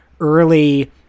early